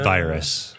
Virus